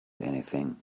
anything